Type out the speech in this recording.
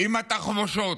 עם התחמושות.